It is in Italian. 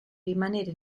rimanere